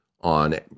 on